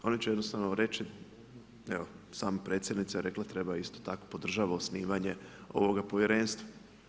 Oni će jednostavno reći, evo sama predsjednica je rekla treba isto tako podržava osnivanje ovoga povjerenstva.